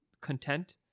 content